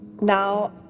now